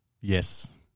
Yes